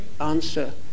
answer